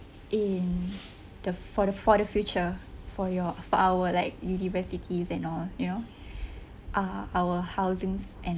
in the for the for the future for your for our like universities and all you know uh our housings and